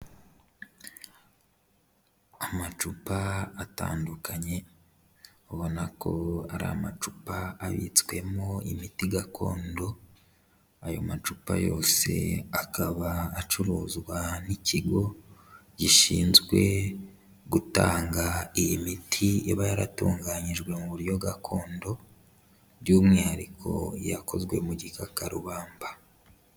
Amacupa atandukanye ubona ko ari amacupa abitswemo imiti gakondo, ayo macupa yose akaba acuruzwa n'ikigo gishinzwe gutanga iyi miti iba yaratunganyijwe mu buryo gakondo, by'umwihariko iyakozwe mu gikakarubamba.